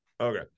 Okay